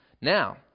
Now